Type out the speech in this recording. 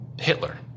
Hitler